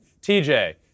TJ